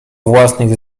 własnych